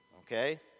Okay